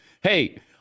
hey